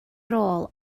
rôl